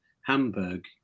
Hamburg